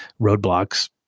roadblocks